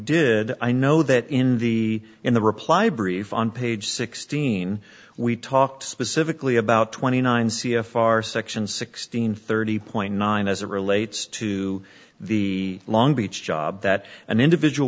did i know that in the in the reply brief on page sixteen we talked specifically about twenty nine c f r section sixteen thirty point nine as a relates to the long beach job that an individual